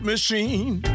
machine